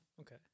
okay